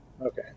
Okay